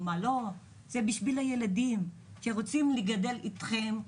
זה בשביל הילדים שרוצים לגדול אתכם,